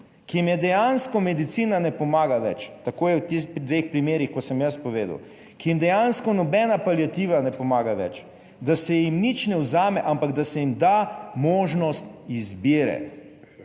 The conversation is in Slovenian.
ki jim je dejansko medicina ne pomaga več, tako je v teh dveh primerih kot sem jaz povedal, ki jim dejansko nobena paliativa ne pomaga več, da se jim nič ne vzame, ampak da se jim da možnost izbire,